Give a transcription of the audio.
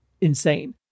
insane